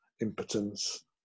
impotence